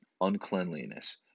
uncleanliness